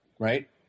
Right